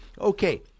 Okay